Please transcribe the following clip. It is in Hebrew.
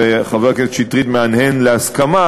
וחבר הכנסת שטרית מהנהן בהסכמה,